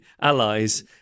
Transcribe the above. Allies